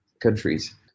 countries